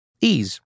Ease